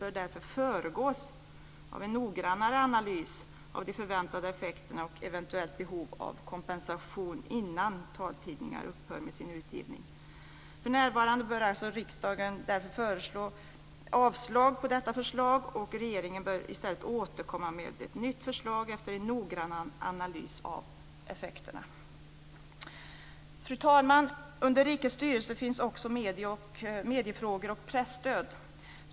Detta bör föregås av en noggrannare analys av det förväntade effekterna och eventuella behov av kompensation innan taltidningar upphör med sin utgivning. För närvarande bör därför riksdagen avslå detta förslag. Regeringen bör i stället återkomma med ett nytt förslag efter en noggrann analys av effekterna. Fru talman! Under anslagsområdet Rikets styrelse finns också mediefrågor och presstöd.